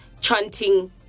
chanting